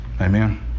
Amen